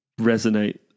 resonate